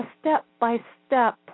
step-by-step